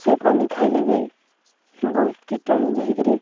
ସେ ପାଣି ଖାଇଲେ ବି ବହୁତ କୀଟାଣୁ ଯାଇକିରି